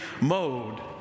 mode